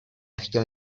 chtěl